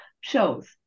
shows